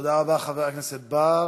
תודה רבה, חבר הכנסת בר.